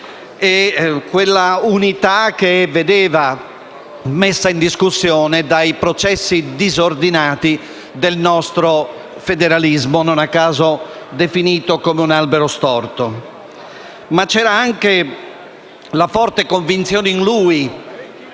quell'unità che veniva messa in discussione dai processi disordinati del nostro federalismo, non a caso definito come un albero storto. Ma c'era anche in lui la forte convinzione che lo